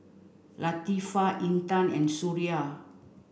Latifa Intan and Suria